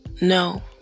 No